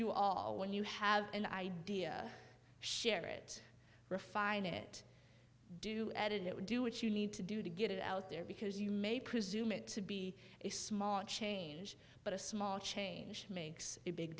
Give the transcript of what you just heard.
you all when you have an idea share it refine it do edit it would do what you need to do to get it out there because you may presume it to be a small change but a small change makes a big